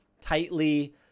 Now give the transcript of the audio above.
tightly